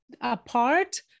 Apart